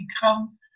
become